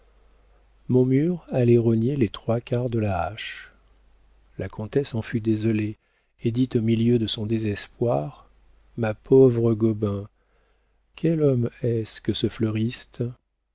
mon mur allait rogner les trois quarts de la hache la comtesse en fut désolée et dit au milieu de son désespoir ma pauvre gobain quel homme est-ce que ce fleuriste